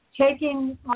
taking